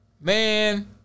man